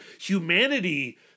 humanity